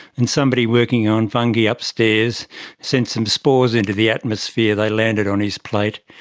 and somebody working on fungi upstairs sent some spores into the atmosphere, they landed on his plate.